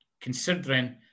considering